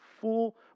full